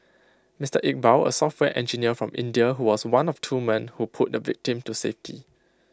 Mister Iqbal A software engineer from India who was one of two men who pulled the victim to safety